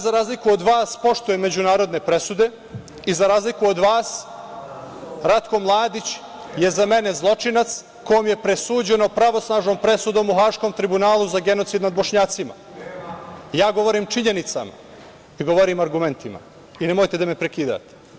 Za razliku od vas, ja poštujem međunarodne presude i za razliku od vas, Ratko Mladić je za mene zločinac kojem je presuđeno pravosnažnom presudom u Haškom tribunalu za genocid nad Bošnjacima. (Aleksandar Marković: Tema.) Ja govorim činjenicama i govorim argumentima i nemojte da me prekidate.